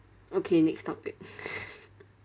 okay next topic